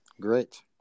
Great